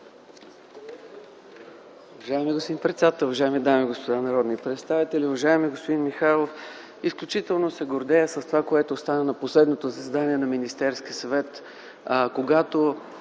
Уважаеми господин председател, уважаеми дами и господа народни представители, уважаеми господин Михайлов! Изключително се гордея с това, което стана на последното заседание на Министерския съвет, когато